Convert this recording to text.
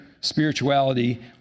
spirituality